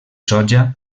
soja